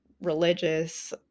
religious